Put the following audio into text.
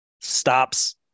stops